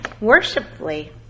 Worshipfully